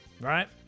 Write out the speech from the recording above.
Right